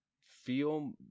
feel